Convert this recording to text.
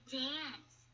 dance